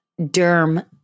derm